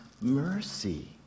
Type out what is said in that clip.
mercy